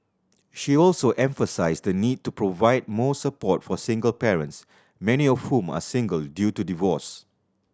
she also emphasised the need to provide more support for single parents many of whom are single due to divorce